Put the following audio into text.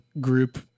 group